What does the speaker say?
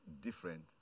different